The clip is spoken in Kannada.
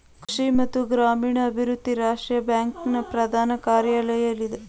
ಕೃಷಿ ಮತ್ತು ಗ್ರಾಮೀಣಾಭಿವೃದ್ಧಿ ರಾಷ್ಟ್ರೀಯ ಬ್ಯಾಂಕ್ ನ ಪ್ರಧಾನ ಕಾರ್ಯಾಲಯ ಎಲ್ಲಿದೆ?